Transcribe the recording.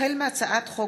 החל בהצעת חוק